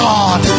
God